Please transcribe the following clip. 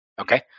okay